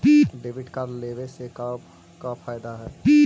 Debit card लेवे से का का फायदा है?